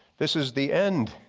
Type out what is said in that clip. this is the end,